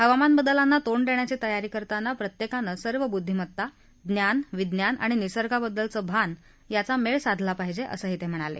हवामानबदलांना तोंड देण्याची तयारी करताना प्रत्येकानं सर्व बुद्दीमत्ता ज्ञान विज्ञान आणि निर्सगाबद्दलचं भान याचा मेळ साधला पाहिजे असंही ते म्हणाले